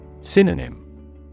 Synonym